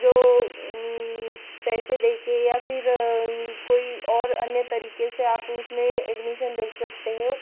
जो पैसे दे कर या फिर कोई और अन्य तरीके से आप उसमें एडमीशन ले सकते हो